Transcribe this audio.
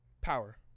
Power